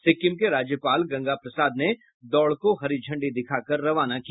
सिक्किम के राज्यपाल गंगा प्रसाद ने दौड़ को हरीझंडी दिखा कर रवाना किया